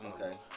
Okay